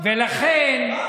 אתה היית יו"ר ועדת כספים.